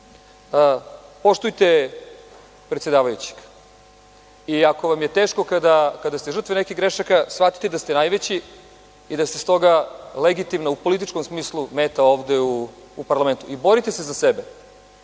pamet. Poštujte predsedavajućeg i ako vam je teško kada ste žrtve nekih grešaka, shvatite da ste najveći i da ste stoga legitimna, u političkom smislu, meta ovde u parlamentu i borite se za sebe,